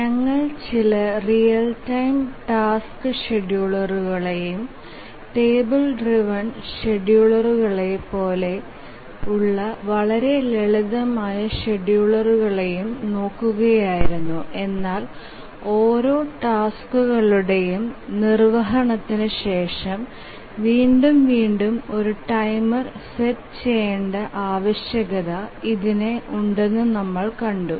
നമ്മൾ ചില real time task ഷെഡ്യൂളറുകളെയും ടേബിൾ ഡ്രൈവ്എൻ ഷെഡ്യൂളറുകളെപ്പോലുള്ള വളരെ ലളിതമായ ഷെഡ്യൂളറുകളെയും നോക്കുകയായിരുന്നു എന്നാൽ ഓരോ ടാസ്ക്കുകളുടെയും നിർവ്വഹണത്തിന് ശേഷം വീണ്ടും വീണ്ടും ഒരു ടൈമർ സെറ്റ് ചെയ്യണ്ട ആവശ്യകത ഇതിന് ഉണ്ടെന്ന് നമ്മൾ കണ്ടു